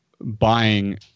buying